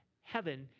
heaven